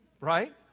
Right